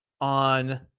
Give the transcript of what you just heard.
on